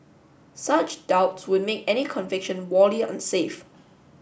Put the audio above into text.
such doubts would make any conviction unsafe